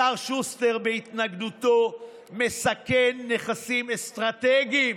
השר שוסטר מסכן בהתנגדותו נכסים אסטרטגיים